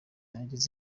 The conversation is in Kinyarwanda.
agize